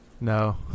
No